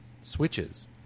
switches